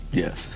yes